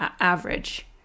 average